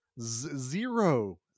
Zero